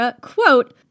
quote